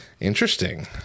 Interesting